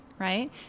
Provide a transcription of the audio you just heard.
right